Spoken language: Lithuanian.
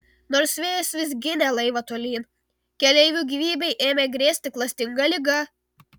nors vėjas vis ginė laivą tolyn keleivių gyvybei ėmė grėsti klastinga liga